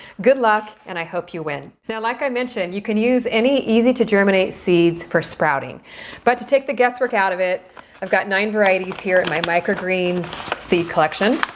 good luck, and i hope you win. now like i mentioned you can use any easy to germinate seeds for sprouting but to take the guesswork out of it i've got nine varieties here at my microgreens seed collection.